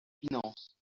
finances